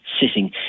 sitting